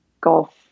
golf